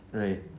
right